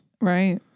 Right